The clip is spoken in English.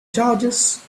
charges